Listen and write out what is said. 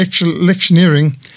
electioneering